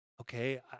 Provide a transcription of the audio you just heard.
okay